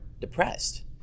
depressed